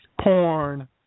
porn